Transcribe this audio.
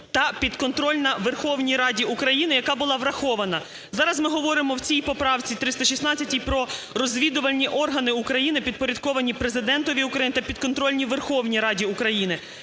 та підконтрольна Верховній Раді Україні, яка була врахована. Зараз ми говоримо в цій поправці 316 про розвідувальні органи України, підпорядковані Президентові України та підконтрольні Верховній Раді України.